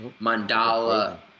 mandala